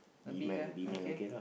the B guy okay